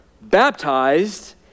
baptized